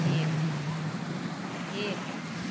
एक एक